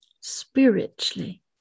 spiritually